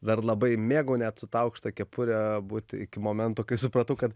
dar labai mėgau net su ta aukšta kepure būt iki momento kai supratau kad